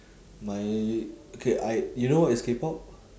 my okay I you know what is K-pop